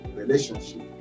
relationship